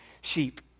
sheep